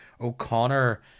O'Connor